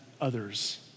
others